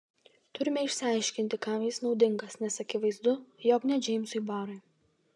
turime išsiaiškinti kam jis naudingas nes akivaizdu jog ne džeimsui barui